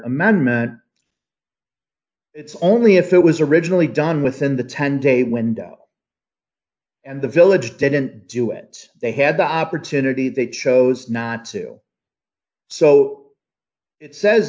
amendment it's only if it was originally done within the ten day window and the village didn't do it they had the opportunity they chose not to so it says